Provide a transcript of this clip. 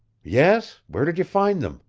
yes? where did you find them?